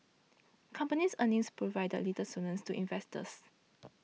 companies earnings provided little solace to investors